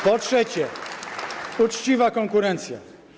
Po trzecie, uczciwa konkurencja.